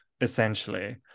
essentially